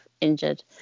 injured